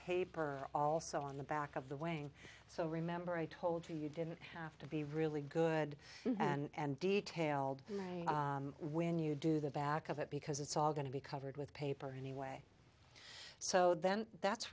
paper also on the back of the weighing so remember i told you you didn't have to be really good and detailed when you do the back of it because it's all going to be covered with paper anyway so then that's